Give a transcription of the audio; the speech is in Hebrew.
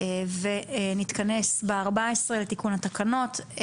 נתכנס בארבע עשרה לתיקון התקנות.